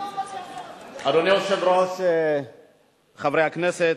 אדוני היושב-ראש, חברי הכנסת,